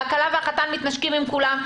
והכלה והחתן מתנשקים עם כולם,